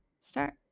start